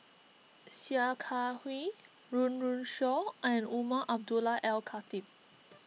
Sia Kah Hui Run Run Shaw and Umar Abdullah Al Khatib